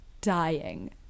dying